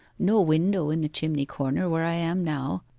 no window in the chimney-corner where i am now,